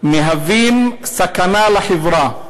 הם מהווים סכנה לחברה.